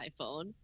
iPhone